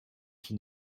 qui